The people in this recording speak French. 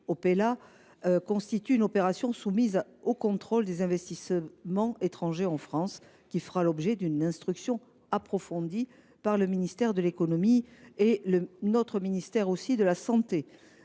Opella constitue ainsi une opération soumise au contrôle des investissements étrangers en France (IEF), qui fera l’objet d’une instruction approfondie par le ministère de l’économie et par le ministère de la santé.